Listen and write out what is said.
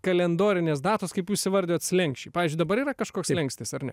kalendorinės datos kaip jūs įvardijot slenksčiai pavyzdžiui dabar yra kažkoks slenkstis ar ne